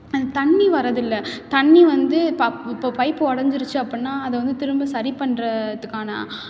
தண்ணி வரதில்லை தண்ணி வந்து பைப் இப்போ பைப் உடஞ்சிருச்சு அப்புடின்னா அதை வந்து திரும்ப சரி பண்ணுறத்துக்கான